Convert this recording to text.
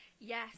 Yes